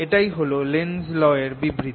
এটাই হল Lenz's law এর বিবৃতি